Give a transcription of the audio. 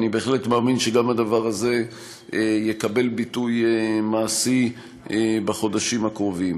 אני בהחלט מאמין שגם הדבר הזה יקבל ביטוי מעשי בחודשים הקרובים.